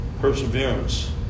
perseverance